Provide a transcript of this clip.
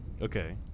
Okay